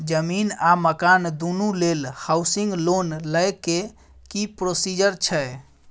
जमीन आ मकान दुनू लेल हॉउसिंग लोन लै के की प्रोसीजर छै?